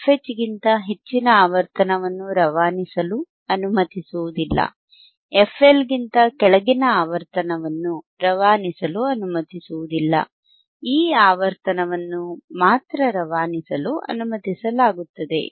fH ಗಿಂತ ಹೆಚ್ಚಿನ ಆವರ್ತನವನ್ನು ರವಾನಿಸಲು ಅನುಮತಿಸುವುದಿಲ್ಲ fL ಗಿಂತ ಕೆಳಗಿನ ಆವರ್ತನವನ್ನು ರವಾನಿಸಲು ಅನುಮತಿಸುವುದಿಲ್ಲ ಈ ಆವರ್ತನವನ್ನು ಮಾತ್ರ ರವಾನಿಸಲು ಅನುಮತಿಸಲಾಗುತ್ತದೆ